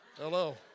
Hello